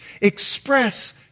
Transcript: express